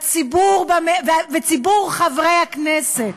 וציבור חברי הכנסת.